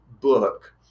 book